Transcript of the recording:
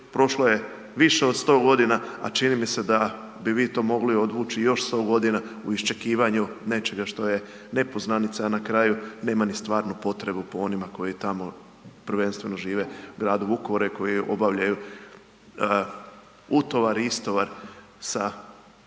prošlo je više od 100 godina, a čini mi se da bi vi to mogli odvući još 100 godina u iščekivanju nečega što je nepoznanica, a na kraju nema ni stvarnu potrebu po onima koji prvenstveno žive u gradu Vukovaru i koji obavljaju utovar i istovar sa